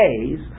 days